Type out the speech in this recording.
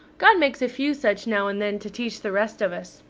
god makes a few such now and then to teach the rest of us.